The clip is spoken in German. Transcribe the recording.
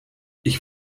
ich